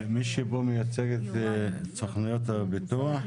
מישהו פה מייצג את סוכנויות הביטוח?